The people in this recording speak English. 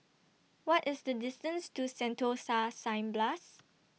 What IS The distance to Sentosa Cineblast